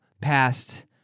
past